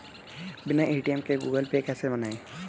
बिना ए.टी.एम के Google Pay कैसे बनायें?